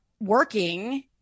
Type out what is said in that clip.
working